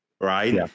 right